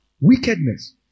Wickedness